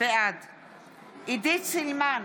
בעד עידית סילמן,